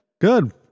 Good